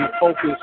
focus